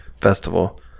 festival